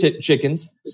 chickens